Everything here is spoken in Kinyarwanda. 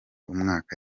umwaka